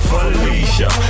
Felicia